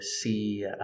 see